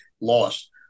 lost